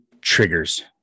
triggers